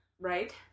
right